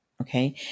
Okay